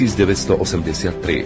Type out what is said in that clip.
1983